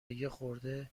یخورده